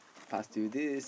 pass to you this